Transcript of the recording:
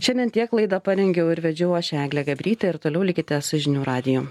šiandien tiek laidą parengiau ir vedžiau aš eglė gabrytė ir toliau likite su žinių radiju